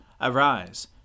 Arise